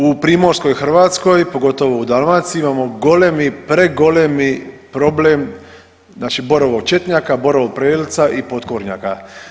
U Primorskoj Hrvatskoj pogotovo u Dalmaciji imamo golemi, pregolemi problem borov četnjaka, borov prelca i potkornjaka.